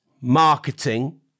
marketing